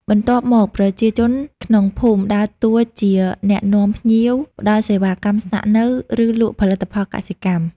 បន្ទាប់មកប្រជាជនក្នុងភូមិដើរតួជាអ្នកនាំភ្ញៀវ ផ្តល់សេវាកម្មស្នាក់នៅ ឬលក់ផលិតផលកសិកម្ម។